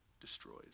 destroys